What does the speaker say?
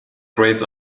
great